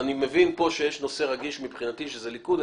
ואני מבין פה שיש נושא רגיש מבחינתי שזה ליכוד.